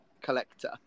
collector